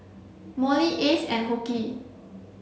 Mollie Ace and Hoke